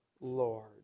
Lord